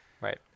right